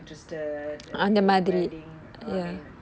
interested uh err in wedding I mean